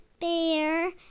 bear